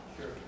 Sure